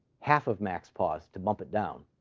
half of maxpos to bump it down